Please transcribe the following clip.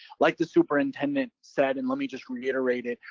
like the superintendent said, and let me just reiterate it,